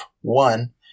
one